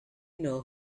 know